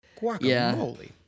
guacamole